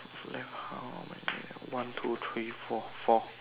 left how many one two three four four